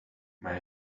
may